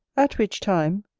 at which time,